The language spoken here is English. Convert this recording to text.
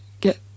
get